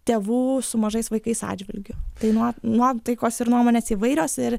tėvų su mažais vaikais atžvilgiu tai nuo nuotaikos ir nuomonės įvairios ir